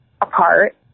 apart